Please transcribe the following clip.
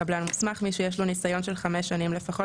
"קבלן מוסמך" מי שיש לו ניסיון של חמש שנים לפחות